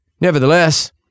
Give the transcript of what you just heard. Nevertheless